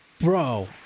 Bro